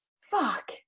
Fuck